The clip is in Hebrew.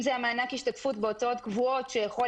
אם זה מענק השתתפות בהוצאות קבועות שיכול